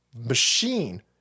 machine